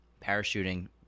parachuting